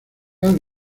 han